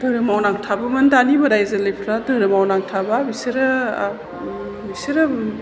धोरोमाव नांथाबोमोन दानि बोराय जोलैफ्रा धोरोमाव नांथाबा बिसोरो बिसोरो